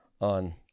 on